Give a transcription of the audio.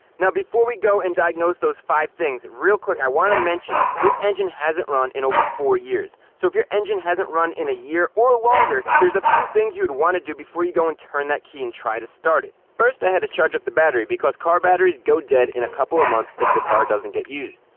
now, before we go and diagnose those five things, real quick i want to mention this engine hasn't run in over four years. so if your engine hasn't run in a year or longer, there's a few things you would want to do before you go and turn that key and try to start it. first, i had to charge up the battery because car batteries go dead in a couple of months if the car doesn't get used.